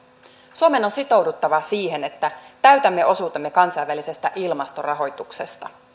suomen on sitouduttava siihen että täytämme osuutemme kansainvälisestä ilmastorahoituksesta